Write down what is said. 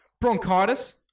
Bronchitis